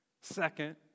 Second